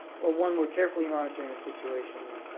well, one, we're carefully monitoring the situation.